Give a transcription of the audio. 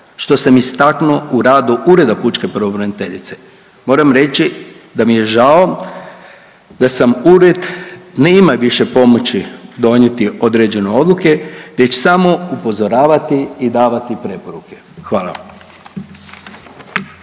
što sam istaknuo u radu Ureda pučke pravobraniteljice, moram reći da mi je žao da sam ured … više pomoći donijeti određenu odluke već samo upozoravati i davati preporuke. Hvala